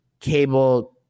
cable –